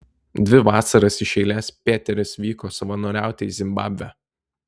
dvi vasaras iš eilės pėteris vyko savanoriauti į zimbabvę